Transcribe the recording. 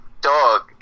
Dog